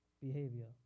behavior